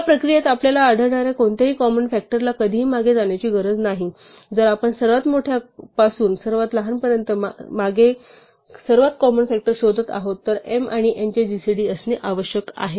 या प्रक्रियेत आपल्याला आढळणाऱ्या कोणत्याही कॉमन फ़ॅक्टरला कधीही मागे जाण्याची गरज नाही जर आपण सर्वात मोठ्या पासून सर्वात लहान पर्यंत सर्वात मागे सर्वात कॉमन फ़ॅक्टर शोधत आहोत तर m आणि n चे जीसीडी असणे आवश्यक आहे